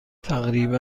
تقریبا